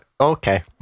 Okay